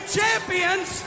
champions